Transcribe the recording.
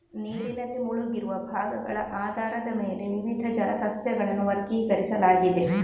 ನೀರಿನಲ್ಲಿ ಮುಳುಗಿರುವ ಭಾಗಗಳ ಆಧಾರದ ಮೇಲೆ ವಿವಿಧ ಜಲ ಸಸ್ಯಗಳನ್ನು ವರ್ಗೀಕರಿಸಲಾಗಿದೆ